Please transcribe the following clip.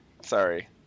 sorry